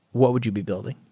what would you be building?